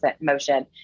motion